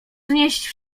znieść